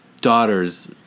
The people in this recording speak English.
daughters